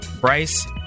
Bryce